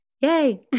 Yay